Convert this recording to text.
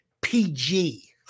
PG